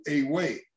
away